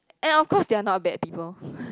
and of course they're not bad people